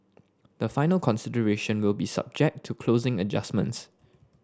the final consideration will be subject to closing adjustments